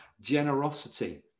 generosity